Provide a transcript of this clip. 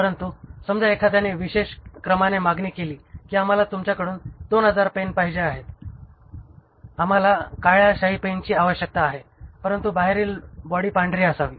परंतु समजा एखाद्याने विशेष क्रमाने मागणी केली कि आम्हाला तुमच्याकडून 2000 पेन पाहिजे आहेत आम्हाला काळ्या शाई पेनची आवश्यकता आहे परंतु बाहेरील बॉडी पांढरी असावी